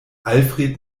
alfred